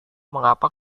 mengapa